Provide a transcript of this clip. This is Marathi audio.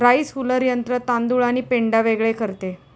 राइस हुलर यंत्र तांदूळ आणि पेंढा वेगळे करते